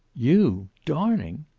you! darning!